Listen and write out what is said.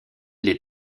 les